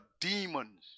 demons